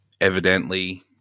evidently